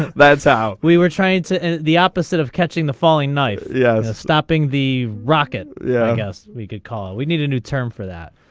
that's how we were trying to the opposite of catching a falling knife yeah stopping the rocket yeah i guess we could call ah we need a new term for that